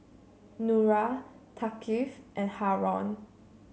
Nura Thaqif and Haron